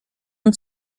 und